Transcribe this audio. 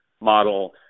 model